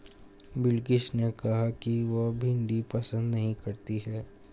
बिलकिश ने कहा कि वह भिंडी पसंद नही करती है